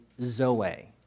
zoe